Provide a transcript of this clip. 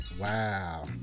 Wow